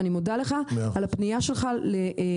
אני מודה לך על הפנייה שלך למשטרה,